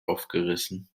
aufgerissen